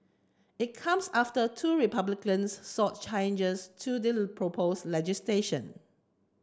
it comes after two Republicans sought changes to the propose legislation